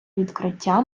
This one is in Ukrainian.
відкриття